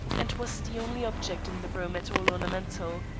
and was the only object in the room at all ornamental.